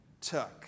took